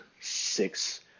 six